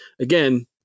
again